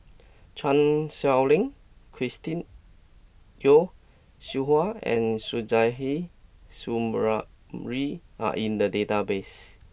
Chan Sow Lin Chris Yeo Siew Hua and Suzairhe Sumari are in the database